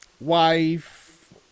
wife